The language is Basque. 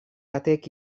batek